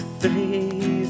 three